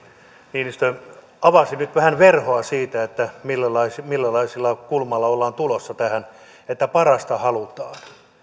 niinistö avasi nyt vähän verhoa siitä minkälaisella kulmalla ollaan tulossa tähän että parasta halutaan